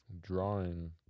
drawing